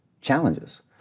challenges